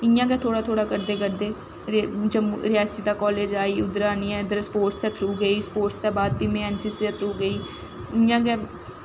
इ'यां गै थोह्ड़ा थह्ड़ा करदे करदे रियासी दा कालेज़ आई उद्धर दा स्पोटस दे थ्रू गेई स्पोटस दे बाद में ऐन्न सी सी दे थ्रू गेई इ'यां गै